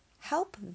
help